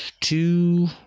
two